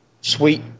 sweet